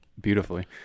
beautifully